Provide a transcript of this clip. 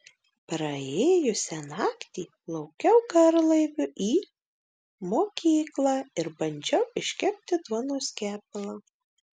praėjusią naktį plaukiau garlaiviu į mokyklą ir bandžiau iškepti duonos kepalą